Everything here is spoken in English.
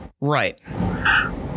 right